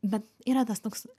bet yra tas toks